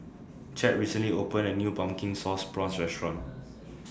Chadd recently opened A New Pumpkin Sauce Prawns Restaurant